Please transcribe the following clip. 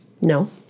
no